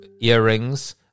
earrings